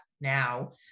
now